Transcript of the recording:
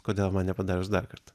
kodėl man nepadarius dar kartą